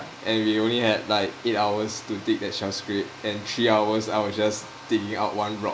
and we only had like eight hours to dig that shell scrape and three hours I was just digging out one rock